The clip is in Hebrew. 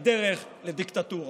בדרך לדיקטטורה.